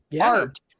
art